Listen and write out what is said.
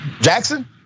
Jackson